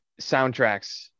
soundtracks